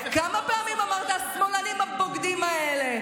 כמה פעמים אמרת "השמאלנים הבוגדים האלה"?